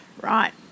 right